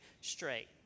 straight